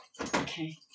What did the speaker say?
Okay